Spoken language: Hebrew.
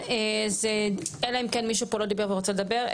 אחרון, אלא אם כן מישהו פה לא דיבר ורוצה לדבר.